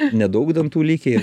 nedaug dantų likę